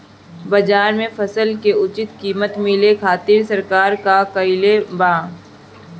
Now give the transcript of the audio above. बाजार में फसल के उचित कीमत मिले खातिर सरकार का कईले बाऽ?